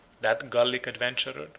that gallic adventurer,